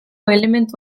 elementu